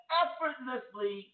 effortlessly